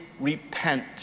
repent